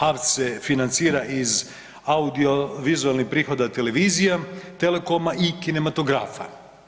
HAVC se financira iz audio vizualnih prihoda televizija, telecoma i kinematografa.